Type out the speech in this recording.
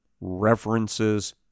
references